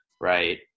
right